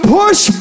push